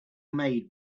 made